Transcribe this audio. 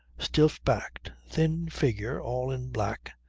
stiff-backed, thin figure all in black,